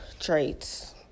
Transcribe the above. traits